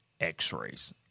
x-rays